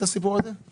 אני